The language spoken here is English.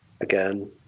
Again